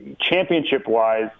championship-wise